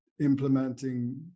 implementing